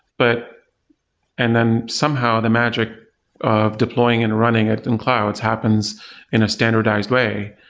but and then somehow, the magic of deploying and running it in clouds happens in a standardized way.